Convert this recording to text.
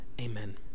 Amen